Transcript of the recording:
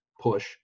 push